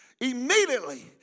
Immediately